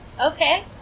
Okay